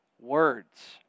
words